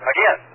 Again